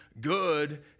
good